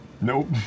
Nope